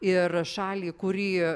ir šalį kurį